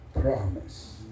promise